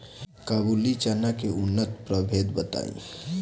काबुली चना के उन्नत प्रभेद बताई?